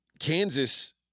Kansas